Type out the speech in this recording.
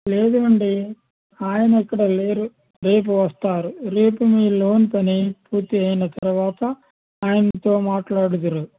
లేదండి ఆయన ఇక్కడ లేరు రేపు వస్తారు రేపు మీ లోన్ పని పూర్తయిన తర్వాత ఆయనతో మాట్లాడుదురుగాని